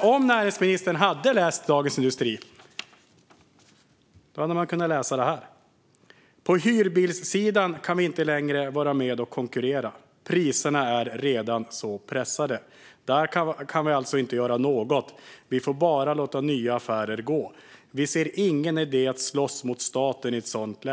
Om näringsministern hade läst Dagens industri hade han kunnat läsa det här: "På hyrbilssidan kan vi inte längre vara med och konkurrera. Priserna är redan så pressade. Där kan vi alltså inte göra något, vi får bara låta nya affärer gå. Vi ser ingen idé att slåss mot staten i ett sådant läge."